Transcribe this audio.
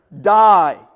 die